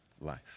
life